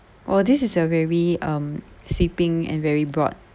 oh this is a very um sweeping and very broad